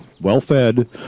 Well-fed